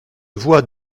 voix